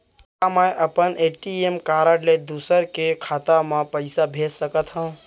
का मैं अपन ए.टी.एम कारड ले दूसर के खाता म पइसा भेज सकथव?